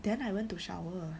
then I went to shower